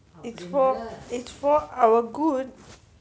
it's for it's for our good